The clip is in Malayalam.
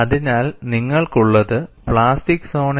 അതിനാൽ നിങ്ങൾക്കുള്ളത് പ്ലാസ്റ്റിക് സോണിന്റെ വിപുലീകരണം ആണ്